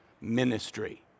ministry